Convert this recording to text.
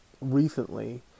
recently